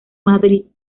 madrid